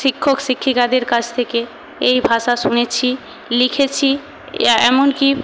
শিক্ষক শিক্ষিকাদের কাছ থেকে এই ভাষা শুনেছি লিখেছি এমন কি